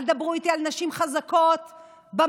אל תדברו איתי על נשים חזקות במשק,